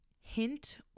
hint